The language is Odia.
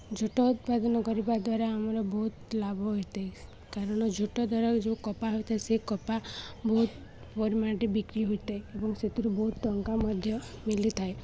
ଝୋଟ ଉତ୍ପାଦନ କରିବା ଦ୍ୱାରା ଆମର ବହୁତ ଲାଭ ହୋଇଥାଏ କାରଣ ଝୋଟ ଦ୍ଵାରା ଯେଉଁ କପା ହୋଇଥାଏ ସେ କପା ବହୁତ ପରିମାଣରେ ବିକ୍ରି ହୋଇଥାଏ ଏବଂ ସେଥିରୁ ବହୁତ ଟଙ୍କା ମଧ୍ୟ ମିଳିଥାଏ